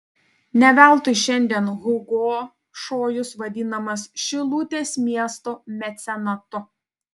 ne veltui šiandien hugo šojus vadinamas šilutės miesto mecenatu